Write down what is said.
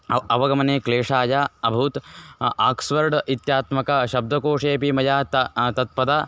अव् अवगमने क्लेशाय अभूत् आक्स्वर्ड् इत्यात्मके शब्दकोशे अपि मया त तत्पदम्